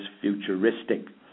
futuristic